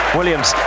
Williams